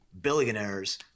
billionaires